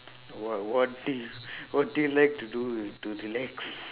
what what do you what do you like to do to relax